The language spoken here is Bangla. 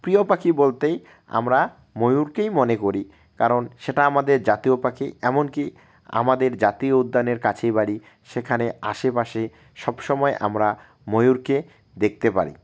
প্রিয় পাখি বলতেই আমরা ময়ূরকেই মনে করি কারণ সেটা আমাদের জাতীয় পাখি এমনকি আমাদের জাতীয় উদ্যানের কাছেই বাড়ি সেখানে আশেপাশে সব সময় আমরা ময়ূরকে দেখতে পাই